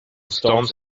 storms